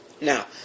Now